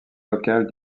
locale